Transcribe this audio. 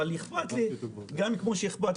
אבל אכפת לי גם מסכנין